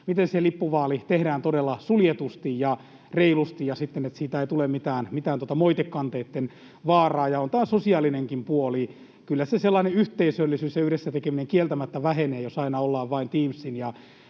suljettu lippuvaali, se tehdään todella suljetusti ja reilusti ja niin, että siitä ei tule mitään moitekanteiden vaaraa. Ja on tämä sosiaalinenkin puoli. Kyllä sellainen yhteisöllisyys ja yhdessä tekeminen kieltämättä vähenevät, jos aina ollaan vain Teamsin